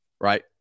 right